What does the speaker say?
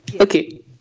Okay